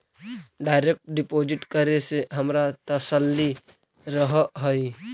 direct deposit करे से हमारा तसल्ली रहअ हई